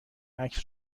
عکس